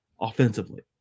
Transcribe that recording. offensively